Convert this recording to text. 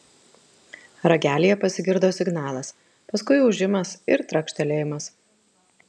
ragelyje pasigirdo signalas paskui ūžimas ir trakštelėjimas